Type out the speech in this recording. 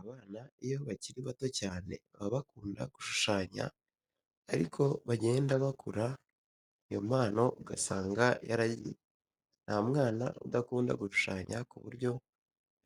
Abana iyo bakiri bato cyane baba bakunda gushushanya ariko bagenda bakura iyo mpano ugasanga yaragiye. Nta mwana udakunda gushushanya ku buryo